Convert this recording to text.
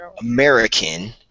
American